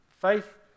Faith